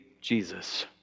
Jesus